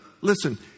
Listen